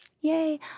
Yay